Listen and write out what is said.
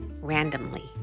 randomly